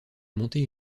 monter